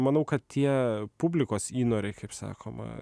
manau kad tie publikos įnoriai kaip sakoma